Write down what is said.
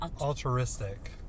altruistic